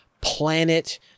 planet